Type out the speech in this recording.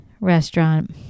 restaurant